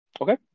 Okay